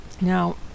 now